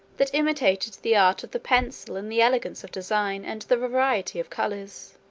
that imitated the art of the pencil in the elegance of design, and the variety of colors.